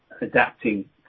adapting